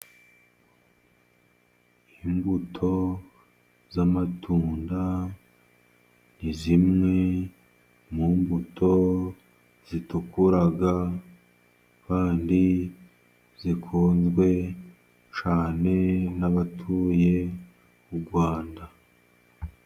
Imbuto z'amatunda ni zimwe mu mbuto zitukura, kandi zikunzwe cyane n'abatuye u Rwanda.